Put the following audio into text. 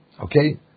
Okay